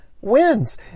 wins